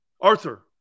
Arthur